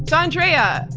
andrea,